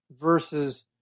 versus